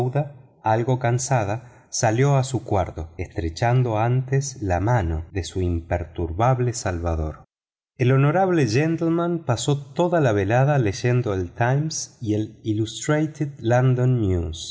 algo cansada se fue a su cuarto estrechando antes la mano de su imperturbable salvador el honorable gentleman pasó toda la velada leyendo el times y el ilustrated london